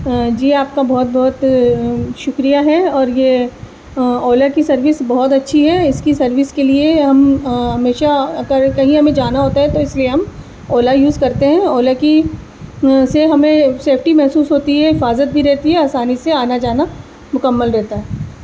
جی آپ کا بہت بہت شکریہ ہے اور یہ اولا کی سروس بہت اچھی ہے اس کی سروس کے لیے ہم ہمیشہ اگر کہیں ہمیں جانا ہوتا ہے تو اس لیے ہم اولا یوز کرتے ہیں اولا کی سے ہمیں سیفٹی محسوس ہوتی ہے حفاظت بھی رہتی ہے آسانی سے آنا جانا مکمل رہتا ہے